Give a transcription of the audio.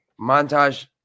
montage